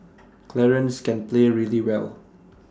Clarence can play really well